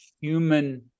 human